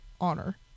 honor